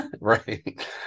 Right